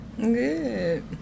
good